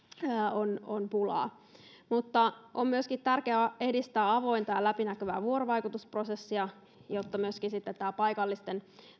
metalleista on pulaa on myöskin tärkeää edistää avointa ja läpinäkyvää vuorovaikutusprosessia jotta sitten paikallisten